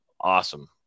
awesome